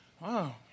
wow